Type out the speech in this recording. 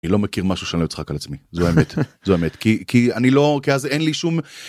אני לא מכיר משהו שאני לא אצחק על עצמי זו האמת כי אני לא אז אין לי שום…